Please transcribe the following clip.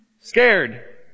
scared